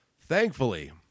Thankfully